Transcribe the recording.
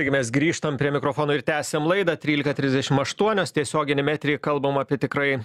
taigi mes grįžtam prie mikrofono ir tęsiam laidą trylika trisdešim aštuonios tiesioginiame eteryje kalbam apie tikrai